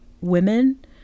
women